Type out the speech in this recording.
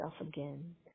again